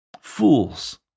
fools